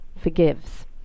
forgives